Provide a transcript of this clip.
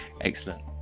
Excellent